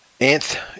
Anth